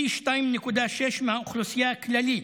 פי 2.6 מהאוכלוסייה הכללית,